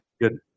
Good